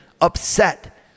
upset